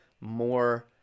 more